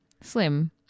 Slim